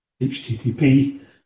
HTTP